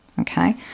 okay